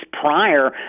prior